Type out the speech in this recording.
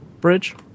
bridge